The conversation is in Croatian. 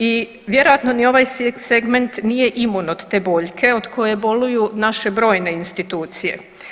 I vjerojatno ni ovaj segment nije imun od te boljke od koje boluju naše brojne institucije.